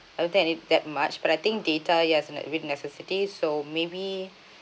I don't think I need that much but I think data yes like really necessity so maybe